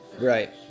right